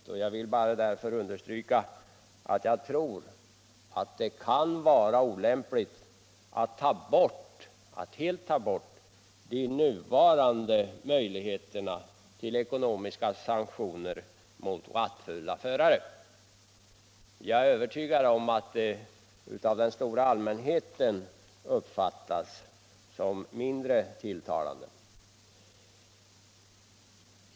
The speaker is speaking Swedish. Därför vill jag bara understryka att jag tror det är olämpligt att helt ta bort de nuvarande möjligheterna till ekonomiska sanktioner mot rattfulla förare. Jag är övertygad om att rattfylleri av den stora allmänheten uppfattas som mindre tilltalande.